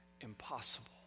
impossible